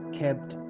kept